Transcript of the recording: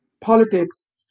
politics